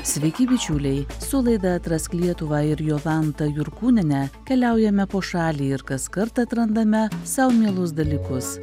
sveiki bičiuliai su laida atrask lietuvą ir jolanta jurkūniene keliaujame po šalį ir kaskart atrandame sau mielus dalykus